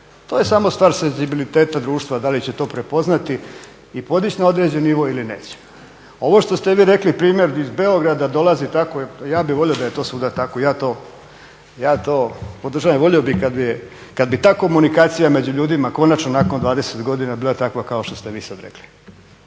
to je samo stvar senzibiliteta društva da li će to prepoznati i podići na određeni nivo ili neće. Ovo što ste vi rekli primjer iz Beograda dolazi tako, ja bih volio da je svuda tako, ja to podržavam. Volio bih kada bi ta komunikacija među ljudima konačno nakon 20 godina bila takva kao što ste vi sada rekli.